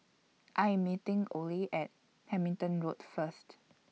I Am meeting Ole At Hamilton Road First